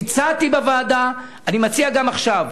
הצעתי בוועדה, אני מציע גם עכשיו: